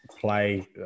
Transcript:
play